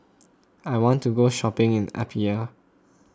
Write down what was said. I want to go shopping in Apia